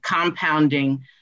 compounding